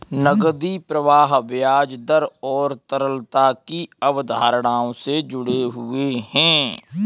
नकदी प्रवाह ब्याज दर और तरलता की अवधारणाओं से जुड़े हुए हैं